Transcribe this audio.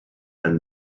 and